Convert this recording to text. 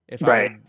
Right